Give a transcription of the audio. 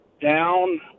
down